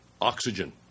oxygen